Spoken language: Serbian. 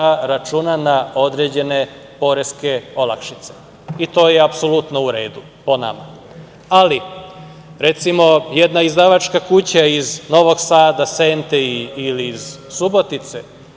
računa na određene poreske olakšice. To je apsolutno u redu, po nama. Ali, recimo jedna izdavačka kuća iz Novog Sada, Sente ili iz Subotice